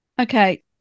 okay